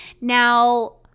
Now